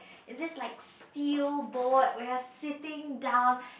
and this like steel boat where you're sitting down